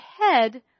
head